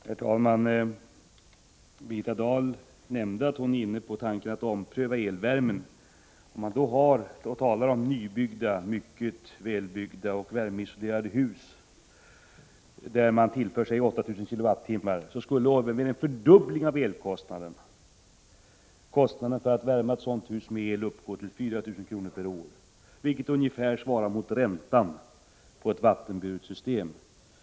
Herr talman! Birgitta Dahl nämnde att hon är inne på tanken att ompröva elvärmen. För nybyggda, mycket välbyggda och värmeisolerade hus som tillförs 8 000 kWh skulle det bli en fördubbling av elkostnaderna. Kostnaden för att värma upp ett sådant hus med el uppgår till 4 000 kr. per år, vilket ungefär svarar mot räntan på ett vattenburet system.